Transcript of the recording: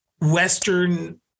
western